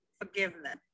Forgiveness